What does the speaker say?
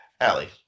Allie